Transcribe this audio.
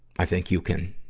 i think you can,